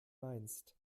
meinst